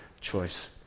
choice